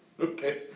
Okay